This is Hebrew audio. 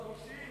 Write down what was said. בדור חמישי,